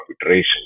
iterations